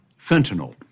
fentanyl